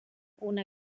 una